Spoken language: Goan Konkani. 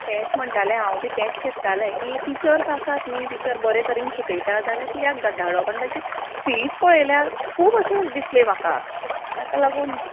तेंच म्हणटालें हांव बी तेंच चिंत्तालें की टिचर्स आसात न्ही टिचर बरे तरेन शिकयता जाल्या किद्याक गा धाडोप आनी तांची फीज पळयल्यार खूब अशी दिसली म्हाका ताका लागून